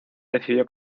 decidió